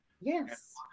yes